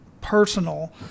personal